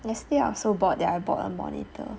yesterday I was so bored that I bought a monitor